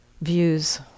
views